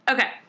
Okay